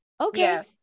Okay